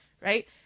right